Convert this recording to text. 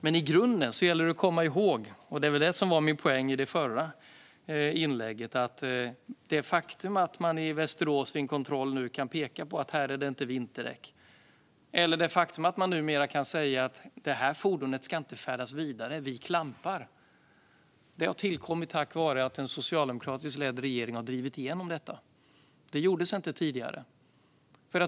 Men i grunden gäller det att komma ihåg, och det var min poäng i mitt förra inlägg, det faktum att man vid kontroller i Västerås kan peka på att det inte finns vinterdäck, eller det faktum att man kan säga att ett visst fordon inte ska färdas vidare utan att det ska klampas, har tillkommit tack vare att en socialdemokratiskt ledd regering har drivit igenom detta. Det gjordes inte tidigare.